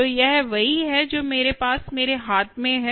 तो यह वही है जो मेरे पास मेरे हाथ में है